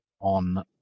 on